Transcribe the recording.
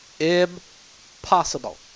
Impossible